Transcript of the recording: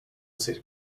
ser